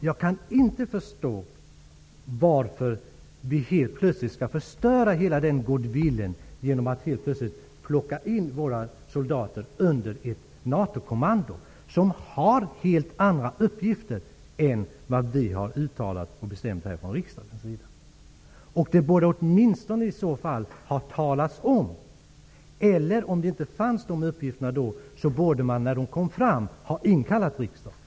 Jag kan inte förstå varför vi helt plötsligt skall förstöra denna goodwill genom att plötsligt plocka in våra soldater undet ett NATO-kommando som har helt andra uppgifter än de riksdagen har uttalat och bestämt om. Om dessa uppgifter inte fanns när beslutet fattades, borde riksdagen ha sammankallats när soldaterna kom fram.